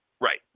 Right